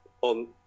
on